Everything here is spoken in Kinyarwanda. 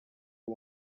ari